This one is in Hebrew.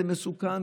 זה מסוכן,